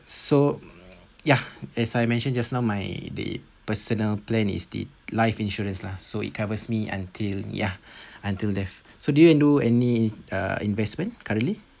so ya as I mention just now my the personal plan is the life insurance lah so it covers me until ya until death so did you do any uh investment currently